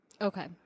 Okay